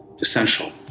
Essential